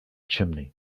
chimney